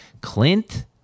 Clint